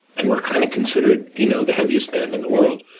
and were kind of considered you know the heaviest band in the world.